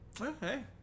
Okay